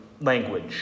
language